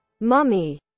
mummy